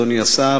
אדוני השר,